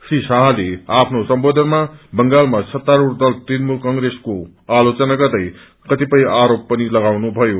श्री शाहले आफनो सम्बोधनमा बंगालमा सत्तारूढ़ दल तृणमूल कंग्रेसको आलोचना गर्दै कतिपय आरोप पनि लगाउनुभयो